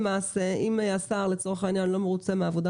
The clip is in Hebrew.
אם השר לצורך העניין לא מרוצה מהעבודה